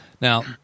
Now